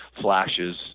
flashes